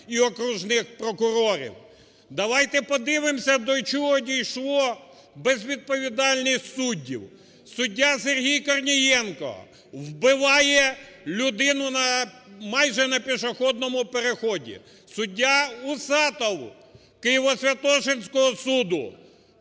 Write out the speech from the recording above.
Давайте подивимося, до чого дійшла безвідповідальність суддів. Суддя Сергій Корнієнко вбиває людину майже на пішохідному переході. СуддяУсатов Києво-Святошинського суду